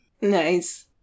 Nice